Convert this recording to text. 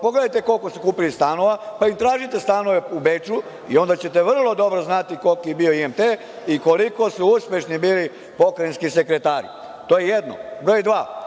koliko su kupili stanova, pa im tražite stanove u Beču i onda ćete vrlo dobro znati koliki je bio IMT i koliko su uspešni bili pokrajinski sekretari. Pod dva,